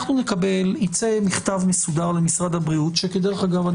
יצא מכתב מסודר למשרד הבריאות ודרך אגב,